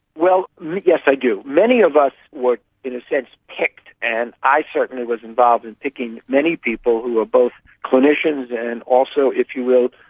well, yes i do. many of us were in a sense picked, and i certainly was involved in picking many people who are both clinicians and also, if you will,